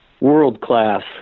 world-class